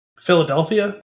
Philadelphia